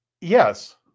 yes